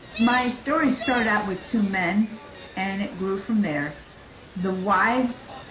my story started out with two men and it grew from there the wives.